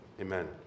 Amen